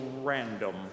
random